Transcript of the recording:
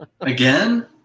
again